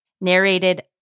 narrated